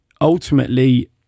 ultimately